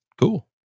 Cool